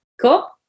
cool